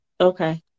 Okay